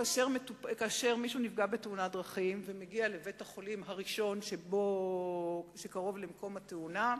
כאשר מישהו נפגע בתאונת דרכים ומגיע לבית-החולים שקרוב למקום התאונה,